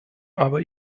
aber